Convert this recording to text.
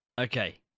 okay